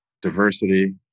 diversity